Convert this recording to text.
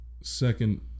second